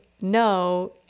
no